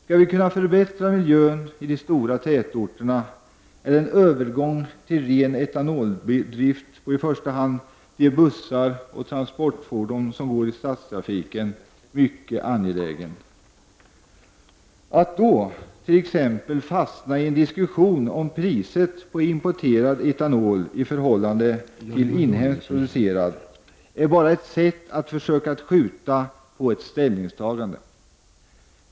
Skall vi kunna förbättra miljön i de stora tärtorterna är en övergång till ren etanoldrift för i första hand de bussar och transportfordon som går i stadstrafik mycket angelägen. Att då fastna i t.ex. en diskussion om priset på importerad etanol i förhål lande till inhemskt producerad är bara ett sätt att försöka att skjuta på ett ställningstagande.